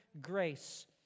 grace